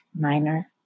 minor